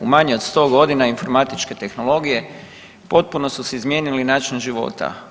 U manje od 100.g. informatičke tehnologije potpuno su si izmijenili način života.